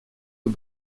aux